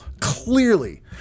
clearly